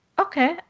Okay